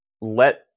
let